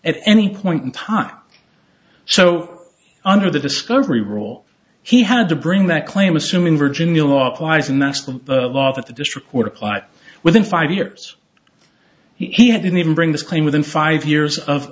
at any point in time so under the discovery rule he had to bring that claim assuming virginia law applies and that's the law that the district would apply within five years he hadn't even bring this claim within five years of